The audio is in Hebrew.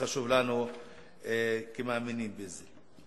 וחשוב לנו כמאמינים בזה.